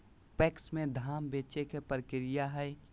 PACS में धाम बेचे के प्रक्रिया की हय?